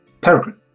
Peregrine